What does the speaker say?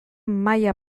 maila